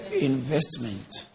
investment